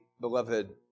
beloved